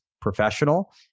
professional